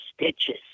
stitches